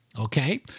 Okay